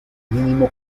mínimo